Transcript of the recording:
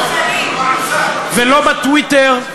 ולא בטוויטר.